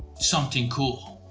something cool.